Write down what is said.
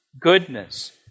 goodness